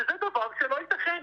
וזה דבר שלא יתכן.